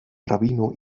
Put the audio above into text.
rabino